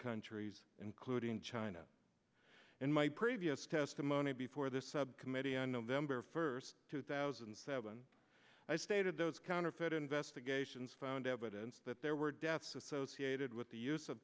countries including china in my previous testimony before this subcommittee on november first two thousand and seven i stated those counterfeit investigations found evidence that there were deaths associated with the use of